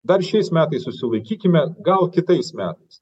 dar šiais metais susilaikykime gal kitais metais